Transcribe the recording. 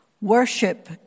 Worship